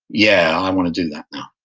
yeah, i want to do that now.